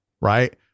right